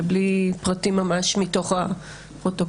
ובלי לציין פרטים מתוך הפרוטוקולים.